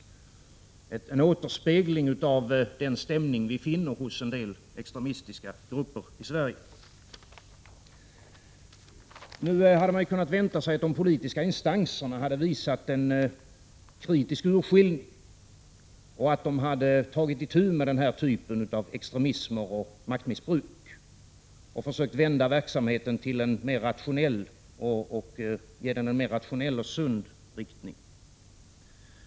Detta är en återspegling av den stämning vi finner hos en del extremistiska grupper i Sverige. Nu hade man kunnat vänta sig att de politiska instanserna hade visat en kritisk urskillning och att de hade tagit itu med den här typen av extremism och maktmissbruk samt försökt vända verksamheten och ge den en mer a rationell och sund riktning.